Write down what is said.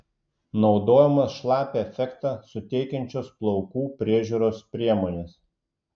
naudojamos šlapią efektą suteikiančios plaukų priežiūros priemonės